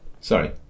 Sorry